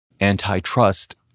antitrust